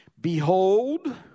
Behold